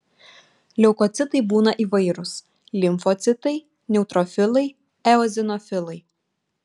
leukocitai būna įvairūs limfocitai neutrofilai eozinofilai